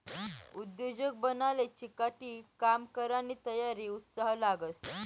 उद्योजक बनाले चिकाटी, काम करानी तयारी, उत्साह लागस